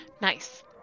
Nice